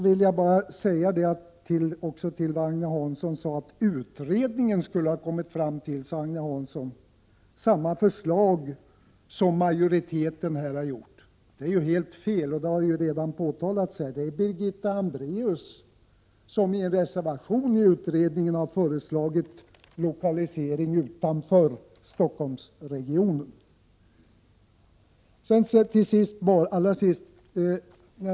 Agne Hansson sade också att utredningen skulle ha kommit till samma slutsats som majoriteten här har gjort. Det är helt fel — det har redan påtalats. Det är Birgitta Hambraeus som i en reservation till utredningen har föreslagit en lokalisering utanför Stockholmsregionen.